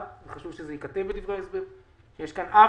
וחשוב שזה ייכתב בדברי ההסבר שיש כאן עוול.